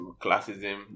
classism